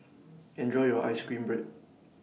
Enjoy your Ice Cream Bread